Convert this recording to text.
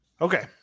okay